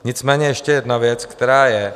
Nicméně ještě jedna věc, která je.